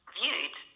viewed